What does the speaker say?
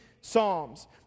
psalms